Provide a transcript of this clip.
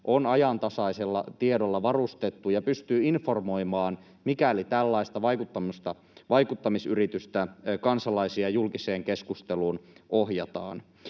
on ajantasaisella tiedolla varustettu ja pystyy informoimaan, mikäli tällaista vaikuttamisyritystä kansalaisiin ja julkiseen keskusteluun ohjataan.